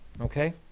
okay